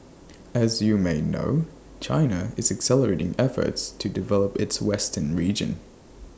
as you may know China is accelerating efforts to develop its western region